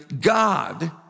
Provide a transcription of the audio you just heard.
God